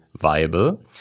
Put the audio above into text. viable